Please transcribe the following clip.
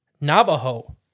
Navajo